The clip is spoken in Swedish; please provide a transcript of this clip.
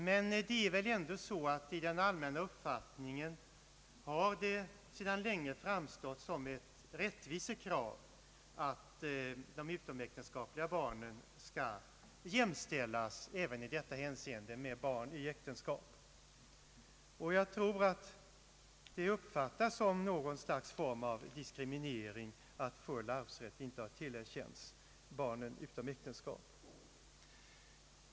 Men det är väl ändå så att i den allmänna uppfattningen har det sedan länge framstått som ett rättvisekrav att de utomäktenskapliga barnen skall jämställas helt med barn i äktenskap. Jag tror att det uppfattas som en form av diskriminering att full arvsrätt inte har tillerkänts barn utom äktenskap.